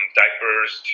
diapers